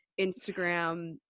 Instagram